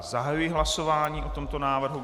Zahajuji hlasování o tomto návrhu.